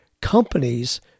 companies